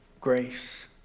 Grace